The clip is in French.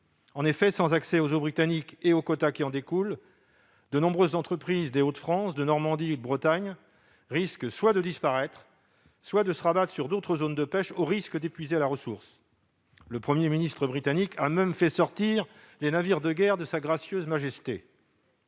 En effet, sans accès aux eaux britanniques ni aux quotas qui en découlent, de nombreuses entreprises des Hauts-de-France, de Normandie ou de Bretagne risquent soit de disparaître, soit de se rabattre sur d'autres zones de pêche, au risque d'épuiser la ressource. Le Premier ministre britannique a même fait sortir les navires de guerre de Sa Gracieuse Majesté.